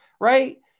right